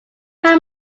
how